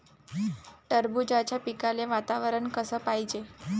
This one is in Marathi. टरबूजाच्या पिकाले वातावरन कस पायजे?